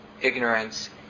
ignorance